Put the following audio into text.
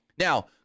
Now